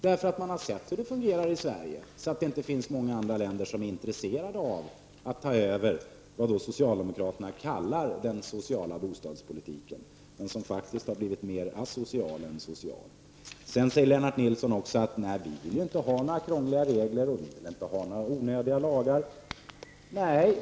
När man sett hur det fungerar i Sverige finns det inte många andra länder som är intresserade av att ta över vad socialdemokraterna kallar den sociala bostadspolitiken men som faktiskt har blivit mer asocial än social. Lennart Nilsson säger också att man inte vill ha några krångliga regler och onödiga lagar.